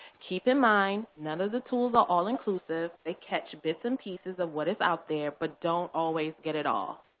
keep in mind none of the tools are all inclusive. they catch bits and pieces of what is out there but don't always get it all.